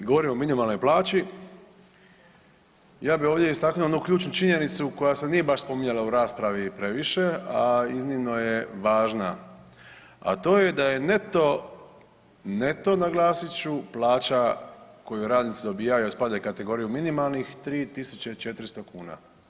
Govorimo o minimalnoj plaći, ja bih ovdje istaknuo jednu ključnu činjenicu koja se nije baš spominjala u raspravi previše, a iznimno je važna, a to je da je neto, neto naglasit ću plaća koju radnici dobivaju, a spada u kategoriju minimalnih 3.400 kuna.